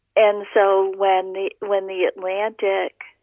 and so when they when the atlantic.